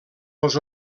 los